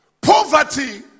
Poverty